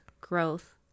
growth